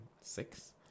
six